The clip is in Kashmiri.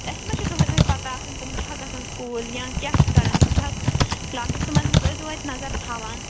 تہٕ اَسہِ ما چھِ دۅہے دۅہے پتاہ آسان تِم چھا گَژھان سکوٗل یا کیٛاہ چھِ کَران تِم چھا کٕلاسَس تِمَن حظ ٲسۍزیٚو اَتہِ نَظر تھاوان